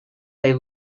they